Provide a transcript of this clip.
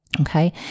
Okay